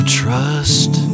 trust